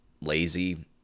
lazy